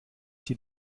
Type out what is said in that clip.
dir